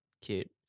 cute